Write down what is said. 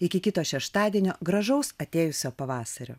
iki kito šeštadienio gražaus atėjusio pavasario